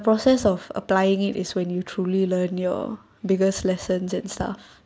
process of applying it is when you truly learn your biggest lessons and stuff